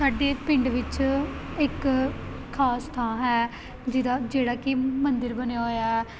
ਸਾਡੇ ਪਿੰਡ ਵਿੱਚ ਇੱਕ ਖਾਸ ਥਾਂ ਹੈ ਜਿਹਦਾ ਜਿਹੜਾ ਕਿ ਮੰਦਰ ਬਣਿਆ ਹੋਇਆ ਹੈ